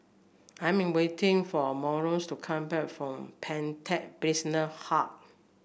I'm waiting for Marlo's to come back from Pantech Business Hub